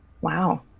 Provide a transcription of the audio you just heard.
Wow